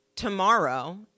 Tomorrow